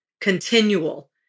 continual